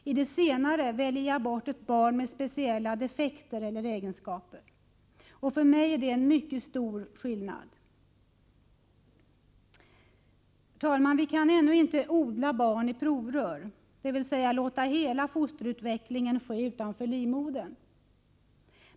I det senare väljer jag bort ett barn med speciella defekter eller egenskaper. För mig är det en mycket stor skillnad. Fru talman! Vi kan ännu inte odla barn i provrör, dvs. låta hela fosterutvecklingen ske utanför livmodern.